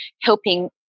helping